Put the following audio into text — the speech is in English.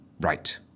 Right